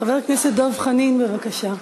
חבר הכנסת דב חנין, בבקשה.